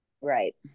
Right